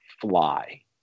fly